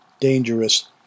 dangerous